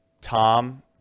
tom